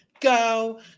go